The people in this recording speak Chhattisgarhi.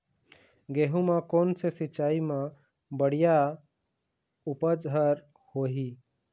गेहूं म कोन से सिचाई म बड़िया उपज हर होही?